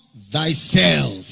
Thyself